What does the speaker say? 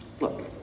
Look